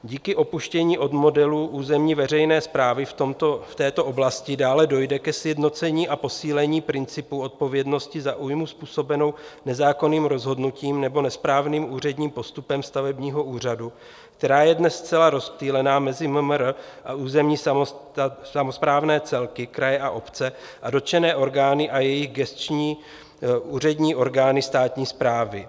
Díky upuštění od modelu územní veřejné správy v této oblasti dále dojde ke sjednocení a posílení principu odpovědnosti za újmu způsobenou nezákonným rozhodnutím nebo nesprávným úředním postupem stavebního úřadu, která je dnes zcela rozptýlena mezi MMR a územní samosprávné celky, kraje, obce a dotčené orgány a jejich gesční úřední orgány státní správy.